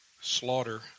slaughter